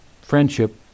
friendship